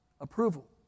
approval